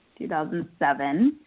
2007